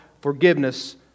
forgiveness